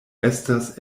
estas